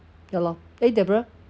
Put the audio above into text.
ya lor eh deborah